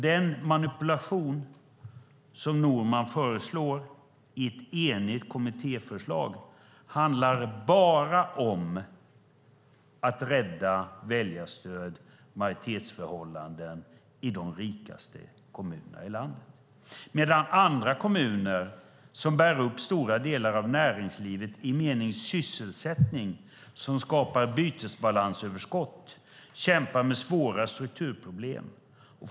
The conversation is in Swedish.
Den manipulation som Norman föreslår i ett enigt kommittéförslag handlar bara om att rädda väljarstöd och majoritetsförhållanden i de rikaste kommunerna i landet. Andra kommuner, som bär upp stora delar av näringslivet i meningen sysselsättning och som skapar bytesbalansöverskott, kämpar med svåra strukturproblem.